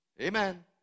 Amen